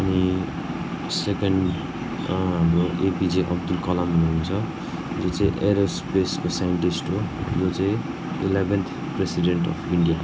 अनि सेकेन्ड हाम्रो एपीजे अब्दुल कलाम हुनुहुन्छ जो चाहिँ एयर स्पेसको साइन्टिस्ट हो जो चाहिँ इलेभेन्त प्रेसिडेन्ट अफ इन्डिया